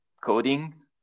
coding